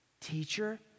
teacher